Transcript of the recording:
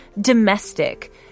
domestic